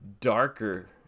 darker